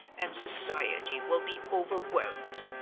and society will be overwhelmed.